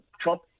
Trump